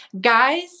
Guys